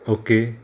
okay